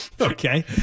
Okay